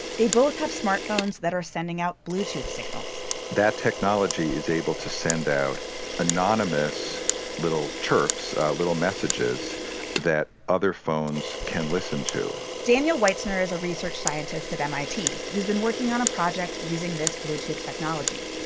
they both have smartphones that are sending out bluetooth signals that technology is able to send out anonymous little chirps, little messages that other phones can listen to daniel weitzner is a research scientist at mit who's been working on a project using this bluetooth technology.